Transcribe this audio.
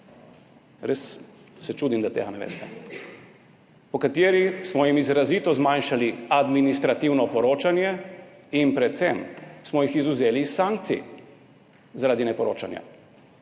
res se čudim, da tega ne veste – po kateri smo jim izrazito zmanjšali administrativno poročanje, predvsem pa smo jih izvzeli iz sankcij zaradi neporočanja.